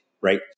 right